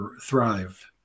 thrive